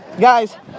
guys